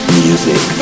music